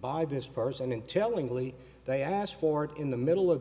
by this person and tellingly they asked for it in the middle of the